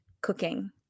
cooking